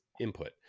input